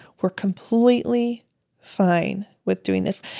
we're completely fine with doing this.